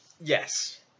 Yes